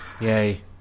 Yay